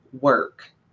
work